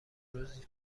روز